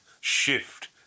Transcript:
shift